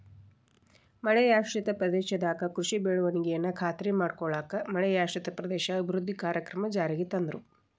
ಮಳೆಯಾಶ್ರಿತ ಪ್ರದೇಶದಾಗ ಕೃಷಿ ಬೆಳವಣಿಗೆನ ಖಾತ್ರಿ ಮಾಡ್ಕೊಳ್ಳಾಕ ಮಳೆಯಾಶ್ರಿತ ಪ್ರದೇಶ ಅಭಿವೃದ್ಧಿ ಕಾರ್ಯಕ್ರಮ ಜಾರಿಗೆ ತಂದ್ರು